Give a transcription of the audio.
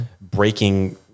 breaking